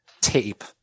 tape